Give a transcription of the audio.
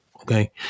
okay